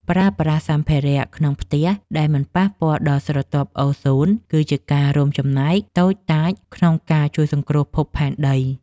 ប្រើប្រាស់សម្ភារប្រើប្រាស់ក្នុងផ្ទះដែលមិនប៉ះពាល់ដល់ស្រទាប់អូហ្សូនគឺជាការរួមចំណែកតូចតាចក្នុងការសង្គ្រោះភពផែនដី។